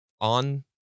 on